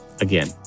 again